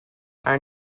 are